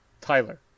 Tyler